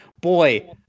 boy